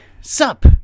Sup